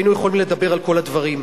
היינו יכולים לדבר על כל הדברים.